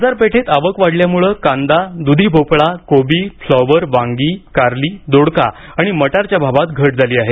बाजारपेठेत आवक वाढल्याने कांदा दुधीभोपळा कोबी फ्लॉवर वांगी कारली दोडका आणि मटारच्या भावात घट झाली आहे